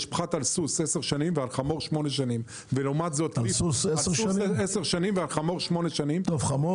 יש פחת של 10 שנים על סוס; שמונה שנים על חמור; על ליף